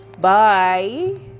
Bye